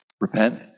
Repent